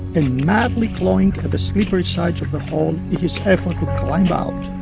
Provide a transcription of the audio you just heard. and madly clawing at the slippery sides of the hole in his effort to climb out